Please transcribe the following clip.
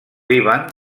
líban